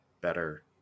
better